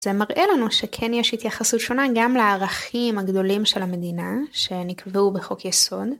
זה מראה לנו שכן יש התייחסות שונה גם לערכים הגדולים של המדינה שנקבעו בחוק יסוד.